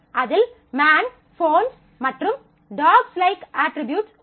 அதில் man phones மற்றும் dogs likes dogs likes attributes உள்ளது